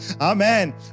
Amen